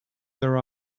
their